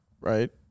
right